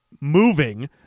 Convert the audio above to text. moving